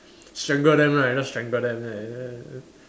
strangle them right just strangle them